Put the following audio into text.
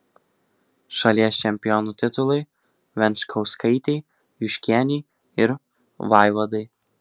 šalies čempionų titulai venčkauskaitei juškienei ir vaivadai